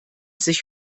sich